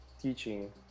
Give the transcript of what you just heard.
teaching